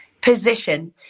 position